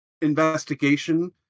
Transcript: investigation